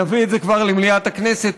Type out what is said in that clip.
נביא את זה כבר למליאת הכנסת.